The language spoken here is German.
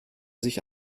sich